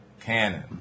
canon